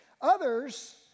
Others